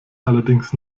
allerdings